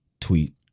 tweet